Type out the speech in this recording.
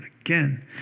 again